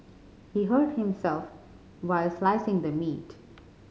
he hurt himself while slicing the meat